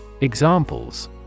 Examples